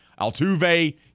Altuve